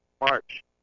March